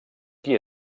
qui